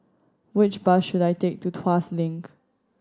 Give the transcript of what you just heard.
which bus should I take to Tuas Link